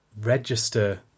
register